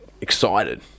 excited